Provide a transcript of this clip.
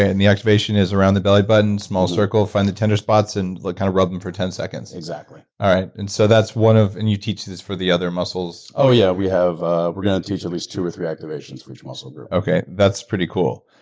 and the activation is around the belly button, small circle, find the tender spots, and like kind of rub them for ten seconds. exactly. alright. and so that's one of, and you teach this for the other muscles? oh yeah. we have, ah we're going to teach at least two or three activations for each muscle group. okay, okay, that's pretty cool.